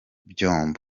gikunze